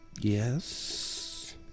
yes